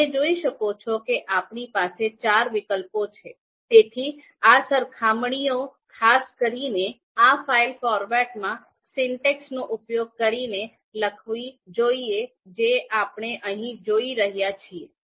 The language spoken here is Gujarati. તમે જોઈ શકો છો કે આપણી પાસે ચાર વિકલ્પો છે તેથી આ સરખામણીઓ ખાસ કરીને આ ફાઇલ ફોર્મેટમાં સિન્ટેક્સનો ઉપયોગ કરીને લખવી જોઈએ જે આપણે અહીં જોઈ રહ્યા છીએ